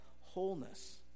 wholeness